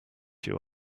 you